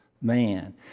man